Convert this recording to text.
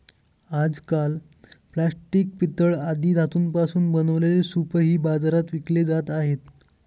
आजकाल प्लास्टिक, पितळ आदी धातूंपासून बनवलेले सूपही बाजारात विकले जात आहेत